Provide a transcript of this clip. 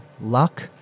luck